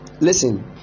Listen